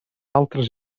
altres